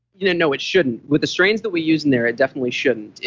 you know no, it shouldn't. with the strains that we use in there, it definitely shouldn't.